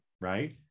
right